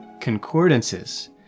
concordances